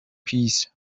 peace